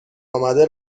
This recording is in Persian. آمده